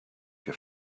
your